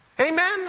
Amen